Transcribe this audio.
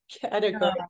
category